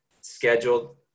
scheduled